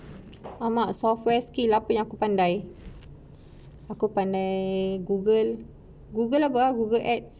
!alamak! software skill apa yang aku pandai aku pandai Google Google apa Google Ads